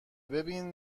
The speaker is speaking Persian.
ببین